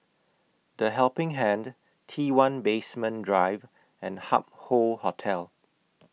The Helping Hand T one Basement Drive and Hup Hoe Hotel